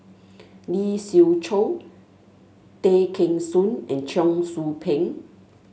Lee Siew Choh Tay Kheng Soon and Cheong Soo Pieng